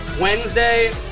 wednesday